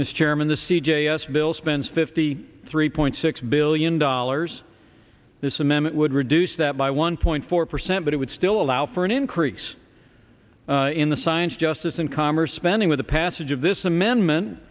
chairman the c j s bill spends fifty three point six billion dollars this amendment would reduce that by one point four percent but it would still allow for an increase in the science justice and commerce spending with the passage of this amendment